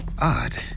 odd